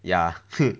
ya